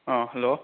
hello